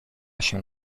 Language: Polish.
się